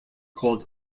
called